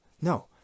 No